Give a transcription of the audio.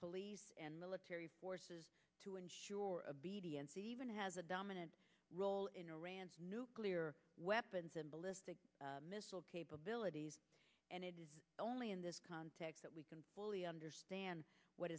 police and military forces to ensure a b d s even has a dominant role in iran's nuclear weapons and ballistic missile capabilities and it is only in this context that we can fully understand what